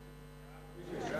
מי בעד, ירים